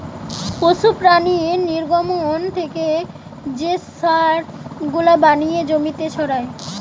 পশু প্রাণীর নির্গমন থেকে যে সার গুলা বানিয়ে জমিতে ছড়ায়